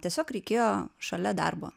tiesiog reikėjo šalia darbo